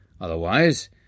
Otherwise